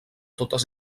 totes